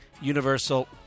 Universal